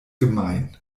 gemein